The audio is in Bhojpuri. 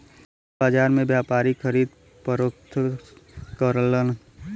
कृषि बाजार में व्यापारी खरीद फरोख्त करलन